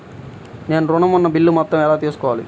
నేను ఋణం ఉన్న బిల్లు మొత్తం ఎలా తెలుసుకోవాలి?